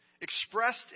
expressed